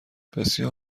بسیار